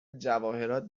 جواهرات